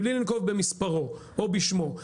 מבלי לנקוב במספרו או בשמו,